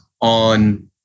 on